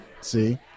See